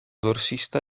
dorsista